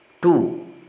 two